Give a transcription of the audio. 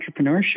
entrepreneurship